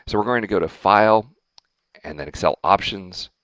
so we're going to go to file and then excel options,